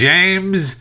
James